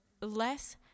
less